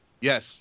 Yes